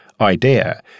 idea